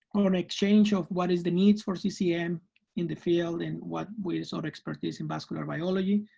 um an exchange of what is the needs for ccm in the field and what ways or expertise in vascular biology.